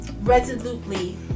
resolutely